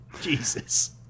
Jesus